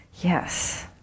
Yes